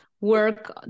work